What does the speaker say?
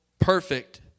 perfect